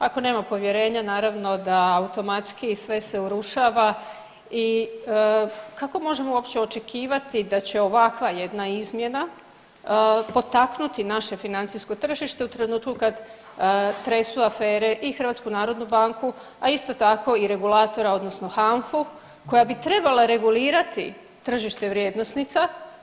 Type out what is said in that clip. Ako nema povjerenja naravno da automatski sve se urušava i kako možemo uopće očekivati da će ovakva jedna izmjena potaknuti naše financijsko tržište u trenutku kad tresu afere i HNB, a isto tako i regulatora odnosno HANFU koja bi trebala regulirati tržište vrijednosnica.